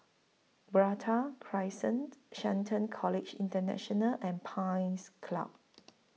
Crescent Shelton College International and Pines Club